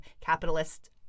capitalist